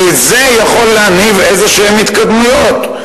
וזה יכול להניב התקדמויות כלשהן.